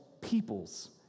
peoples